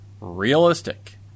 realistic